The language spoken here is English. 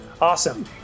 Awesome